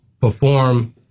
perform